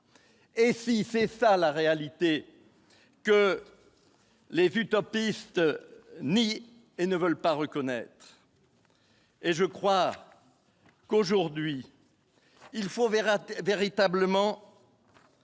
fait face à la réalité que les utopistes ni et ne veulent pas reconnaître. Et je crois qu'aujourd'hui il faut Veyrat véritablement.